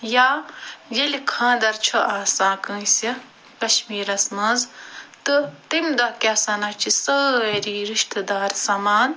یا ییٚلہِ خانٛدر چھُ آسان کٲنسہِ کشمیٖرس منٛز تہٕ تَمہِ دۄہ کیٛاہ سنا چھِ سٲری رشتہٕ دار سمان